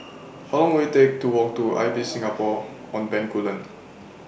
How Long Will IT Take to Walk to Ibis Singapore on Bencoolen